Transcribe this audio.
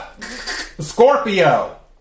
Scorpio